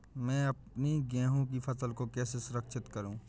मैं अपनी गेहूँ की फसल को कैसे सुरक्षित करूँ?